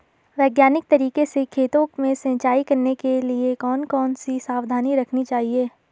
वैज्ञानिक तरीके से खेतों में सिंचाई करने के लिए कौन कौन सी सावधानी रखनी चाहिए?